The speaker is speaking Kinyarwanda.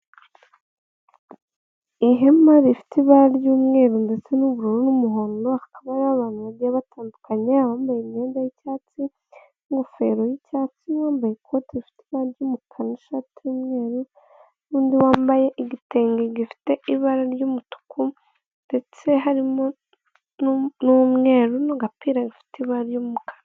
Ihema rifite ibara ry'umweru ndetse n'ubururu n'umuhondo, hakaba hariho abantu bagiye batandukanye, abambaye imyenda y'icyatsi n'ingofero y'icyatsi n'uwambaye ikote rifite ibara ry'umukara n'ishati y'umweru n'undi wambaye igitenge gifite ibara ry'umutuku ndetse harimo n'umweru n'agapira bifite ibara ry'umukara.